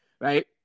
right